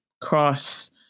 cross